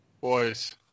Boys